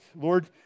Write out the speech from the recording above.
Lord